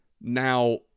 Now